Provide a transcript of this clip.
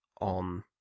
on